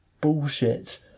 bullshit